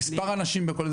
במספר האנשים בכל אירוע,